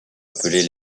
appelés